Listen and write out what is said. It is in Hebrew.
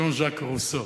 ז'אן ז'אק רוסו